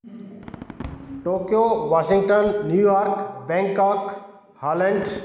Tokyo Washington New York Bangkok holland